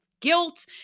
guilt